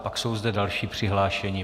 Pak jsou zde další přihlášení.